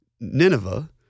Nineveh